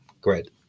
Great